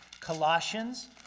Colossians